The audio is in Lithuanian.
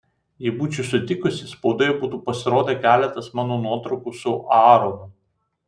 jei būčiau sutikusi spaudoje būtų pasirodę keletas mano nuotraukų su aaronu